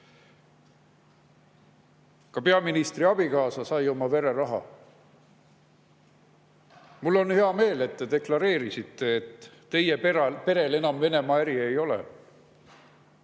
ka peaministri abikaasa sai oma vereraha. Mul on hea meel, et te deklareerisite, et teie perel Venemaaga äri enam ei